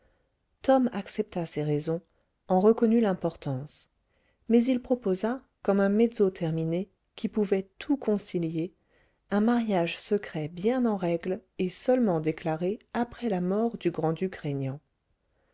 tom accepta ces raisons en reconnut l'importance mais il proposa comme un mezzo termine qui pouvait tout concilier un mariage secret bien en règle et seulement déclaré après la mort du grand-duc régnant